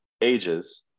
ages